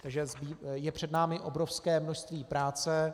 Takže je před námi obrovské množství práce.